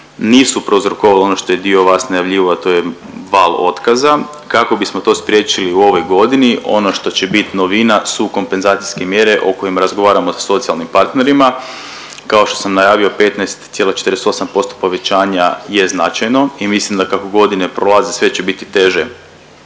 nisu prouzrokovala ono što je dio vas najavljivao, a to je val otkaza. Kako bismo to spriječili u ovoj godini, ono što će bit novina su kompenzacijske mjere o kojima razgovaramo o socijalnim partnerima. Kao što sam najavio, 15,48% povećanja je značajno i mislim da kako godine prolaze, sve će biti teže